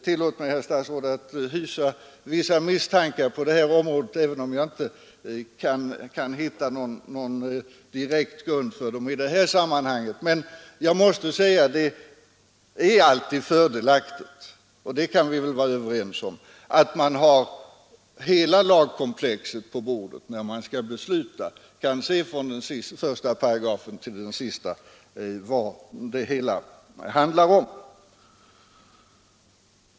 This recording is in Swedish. Tillåt mig, herr statsråd, att hysa vissa misstankar på det här området, även om jag inte just nu kan påvisa några säkra belägg för ståndpunkten. Jag måste säga att det alltid är fördelaktigt — och det kan vi väl vara överens om — att man har hela lagkomplexet på bordet när man skall besluta och kan se från den första paragrafen till den sista vad det hela handlar om.